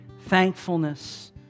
Thankfulness